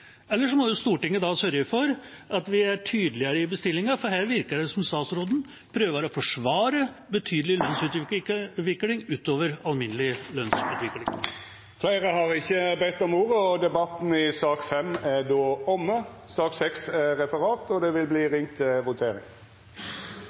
så må Stortinget sørge for at vi er tydeligere i bestillingen, for her virker det som om statsråden prøver å forsvare en betydelig lønnsutvikling utover alminnelig lønnsutvikling. Fleire har ikkje bedt om ordet til sak nr. 5. Då ser det ut til at me er